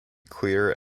clear